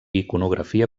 iconografia